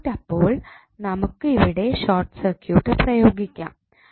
circuit അപ്പോൾ നമുക്ക് ഇവിടെ ഷോർട്ട് സർക്യൂട്ട് പ്രയോഗിക്കാം